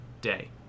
Day